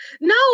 No